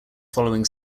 following